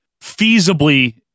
feasibly